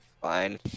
fine